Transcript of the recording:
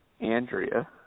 Andrea